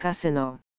casino